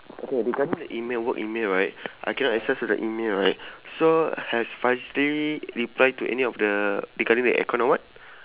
okay regarding the email work email right I cannot access to the email right so has faizly reply to any of the regarding the aircon or what